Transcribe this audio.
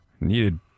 needed